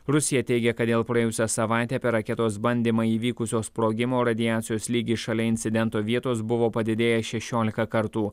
rusija teigia kad dėl praėjusią savaitę per raketos bandymą įvykusio sprogimo radiacijos lygis šalia incidento vietos buvo padidėjęs šešiolika kartų